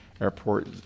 airport